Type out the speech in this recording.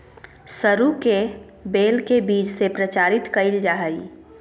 सरू के बेल के बीज से प्रचारित कइल जा हइ